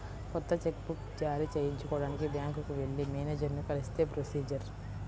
కొత్త cheque book జారీ చేయించుకోడానికి బ్యాంకుకి వెళ్లి మేనేజరుని కలిస్తే ప్రొసీజర్